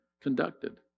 conducted